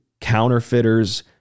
counterfeiters